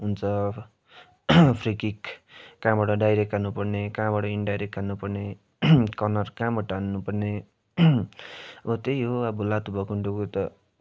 हुन्छ free kick कहाँबाट direct हान्नुपर्ने कहाँबाट इन्डाइरेक्ट हान्नुपर्ने कर्नर कहाँबाट हान्नुपर्ने अब त्यही हो अब लात्ते भकुन्डो